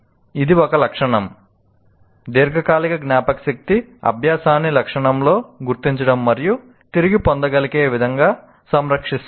ఇది ఒక లక్షణం దీర్ఘకాలిక జ్ఞాపకశక్తి అభ్యాసాన్ని లక్షణంలో గుర్తించడం మరియు తిరిగి పొందగలిగే విధంగా సంరక్షిస్తుంది